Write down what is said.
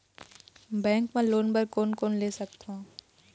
Bank मा loan बर कोन कोन ले सकथों?